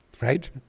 Right